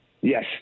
Yes